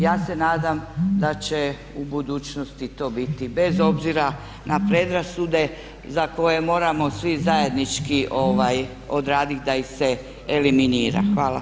Ja se nadam da će u budućnosti to biti bez obzira na predrasude za koje moramo svi zajednički odraditi da ih se eliminira.